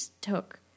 took